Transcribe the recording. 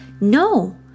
No